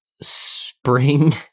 spring